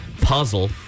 puzzle